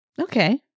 Okay